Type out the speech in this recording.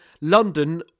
London